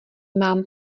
mám